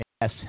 Yes